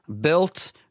built